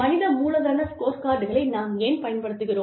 மனித மூலதன ஸ்கோர்கார்டுகளை நாம் ஏன் பயன்படுத்துகிறோம்